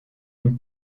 une